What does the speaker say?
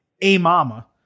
A-Mama